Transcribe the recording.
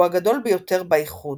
והוא הגדול ביותר באיחוד.